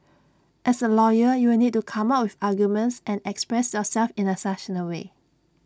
as A lawyer you'll need to come up with arguments and express yourself in A succinct way